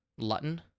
Lutton